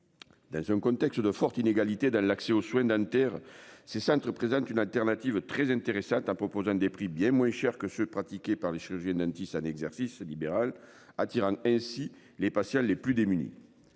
Dans un contexte de fortes inégalités dans l'accès aux soins dentaires. C'est ça représente une alternative très intéressante en proposant des prix bien moins cher que ceux pratiqués par les chirurgiens-dentistes un exercice libéral attirant ainsi les patients les plus démunis.